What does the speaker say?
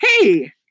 hey